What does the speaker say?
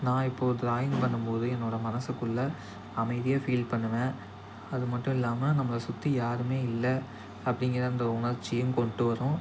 நான் இப்போ ஒரு ட்ராயிங் பண்ணும்போது என்னோடய மனசுக்குள்ள அமைதியாக ஃபீல் பண்ணுவேன் அதுமட்டும் இல்லாமல் நம்மளை சுற்றி யாருமே இல்லை அப்படிங்கிற அந்த உணர்ச்சியும் கொண்டு வரும்